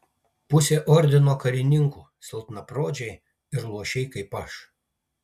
pusė ordino karininkų silpnapročiai ir luošiai kaip aš